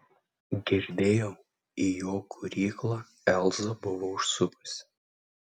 girdėjau į jo kūryklą elza buvo užsukusi